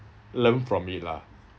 learn from it lah